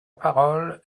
parole